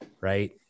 Right